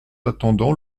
attendons